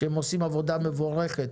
שהם עושים עבודה מבורכת